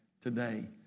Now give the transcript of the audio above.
today